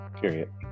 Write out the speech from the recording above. Period